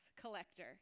collector